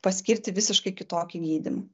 paskirti visiškai kitokį gydymą